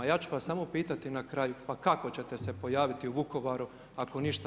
Ja ću vas samo pitati na kraju pa kako ćete se pojaviti u Vukovaru ako ništa